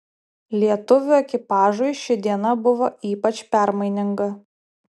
lietuvių ekipažui ši diena buvo ypač permaininga